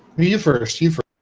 me first you for